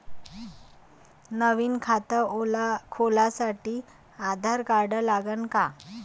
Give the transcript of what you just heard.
नवीन खात खोलासाठी आधार कार्ड लागन का?